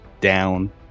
down